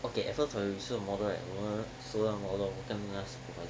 okay at first when we saw the model right 我们 saw the model hor 我们 kan ni na